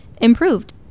improved